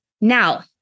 Now